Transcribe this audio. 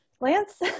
Lance